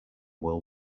will